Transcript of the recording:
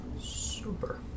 Super